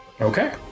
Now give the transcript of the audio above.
okay